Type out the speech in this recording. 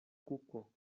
kuko